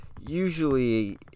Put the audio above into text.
usually